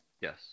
Yes